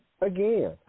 again